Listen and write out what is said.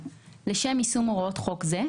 המינהלי29.(א)לשם יישום הוראות חוק זה,